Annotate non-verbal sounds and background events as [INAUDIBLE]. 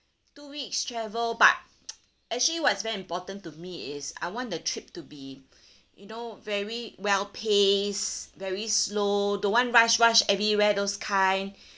two weeks travel but [NOISE] actually what's very important to me is I want the trip to be you know very well paced very slow don't want rush rush everywhere those kind